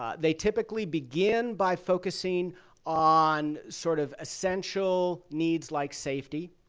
ah they typically begin by focusing on sort of essential needs like safety,